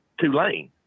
Tulane